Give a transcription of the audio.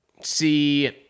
see